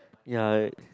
ya